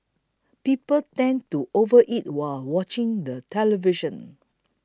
people tend to overeat while watching the television